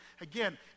Again